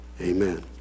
Amen